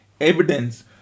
evidence